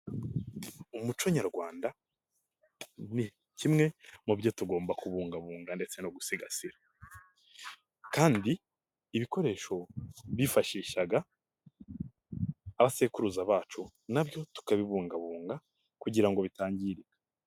Umuco nyarwanda ni kimwe mu byo tugomba kubungabunga ndetse no gusigasira kandi ibikoresho bifashishaga abasekuruza bacu na byo tukabibungabunga kugira ngo bitangirika.